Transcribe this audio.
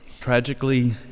Tragically